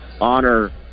Honor